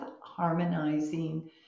harmonizing